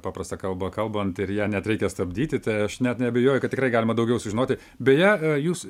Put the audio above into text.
paprasta kalba kalbant ir ją net reikia stabdyti tai aš net neabejoju kad tikrai galima daugiau sužinoti beje jūs